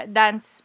dance